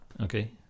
Okay